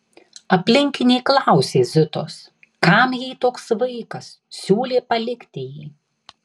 aplinkiniai klausė zitos kam jai toks vaikas siūlė palikti jį